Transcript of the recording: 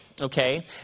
Okay